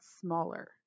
smaller